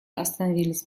остановились